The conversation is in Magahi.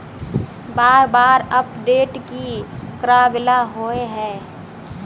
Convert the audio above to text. बार बार अपडेट की कराबेला होय है?